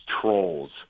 trolls